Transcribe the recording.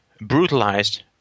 brutalized